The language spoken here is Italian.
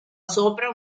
sopra